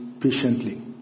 patiently